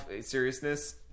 seriousness